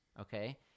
okay